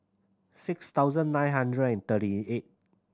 six thousand nine hundred and thirty eight